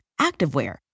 activewear